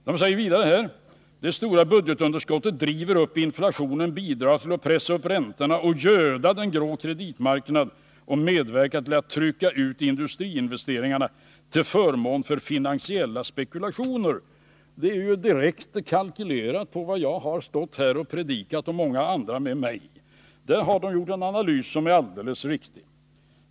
De säger vidare: Det stora budgetunderskottet driver upp inflationen, bidrar till att pressa upp räntorna, göda den grå kreditmarknaden och medverka till att trycka ut industriinvesteringarna till förmån för finansiella spekulationer. Det är ju direkt kalkylerat på vad jag har stått här och predikat och många andra med mig. Där har de gjort en analys som är alldeles riktig.